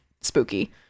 spooky